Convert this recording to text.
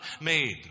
made